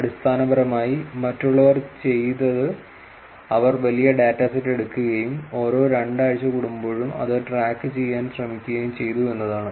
അടിസ്ഥാനപരമായി മറ്റുള്ളവർ ചെയ്തത് അവർ വലിയ ഡാറ്റ സെറ്റ് എടുക്കുകയും ഓരോ രണ്ടാഴ്ച കൂടുമ്പോഴും അത് ട്രാക്കുചെയ്യാൻ ശ്രമിക്കുകയും ചെയ്തു എന്നതാണ്